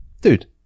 Dude